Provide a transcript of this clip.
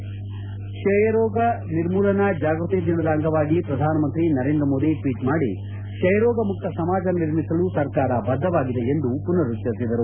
ವಿಶ್ವ ಕ್ಷಯರೋಗ ನಿರ್ಮೂಲನಾ ಜಾಗೃತಿ ದಿನದ ಅಂಗವಾಗಿ ಪ್ರಧಾನಮಂತ್ರಿ ನರೇಂದ್ರ ಮೋದಿ ಟ್ವೀಟ್ ಮಾಡಿ ಕ್ಷಯರೋಗ ಮುಕ್ತ ಸಮಾಜ ನಿರ್ಮಿಸಲು ಸರ್ಕಾರ ಬದ್ದವಾಗಿದೆ ಎಂದು ಪುನರುಚ್ಚರಿಸಿದರು